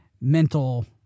mental